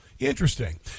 Interesting